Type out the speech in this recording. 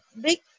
big